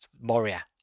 moria